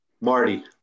Marty